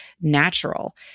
natural